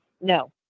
no